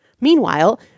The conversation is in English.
Meanwhile